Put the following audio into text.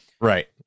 Right